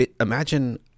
imagine